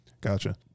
Gotcha